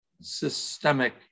systemic